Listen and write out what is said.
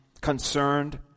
concerned